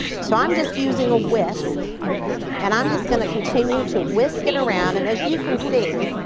so i'm just using a whisk and i'm just going to continue to whisk it around. and as you can see,